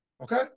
Okay